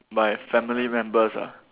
by family members ah